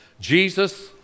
Jesus